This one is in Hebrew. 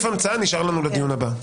ותחליף המצאה נשאר לנו לדיון הבא.